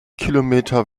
kilometer